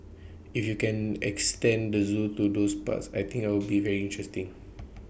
if you can extend the Zoo to those parts I think I'll be very interesting